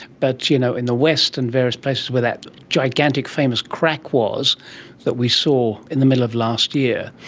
but you know in the west and various places where that gigantic famous crack was that we saw in the middle of last year,